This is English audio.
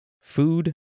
food